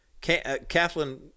Kathleen